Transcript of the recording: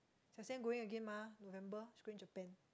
Jia Xuan going again mah November spring Japan